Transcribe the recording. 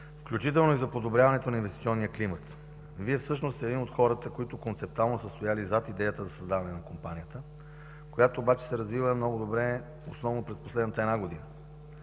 включително и за подобряването на инвестиционния климат. Вие всъщност сте един от хората, които концептуално са стояли зад идеята за създаване на компанията, която обаче се развива много добре основно през последната една година.